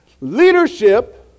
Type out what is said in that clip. Leadership